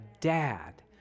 dad